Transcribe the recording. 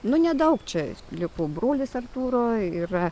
nu nedaug čia liko brolis artūro yra